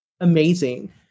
amazing